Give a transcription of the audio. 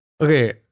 Okay